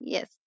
Yes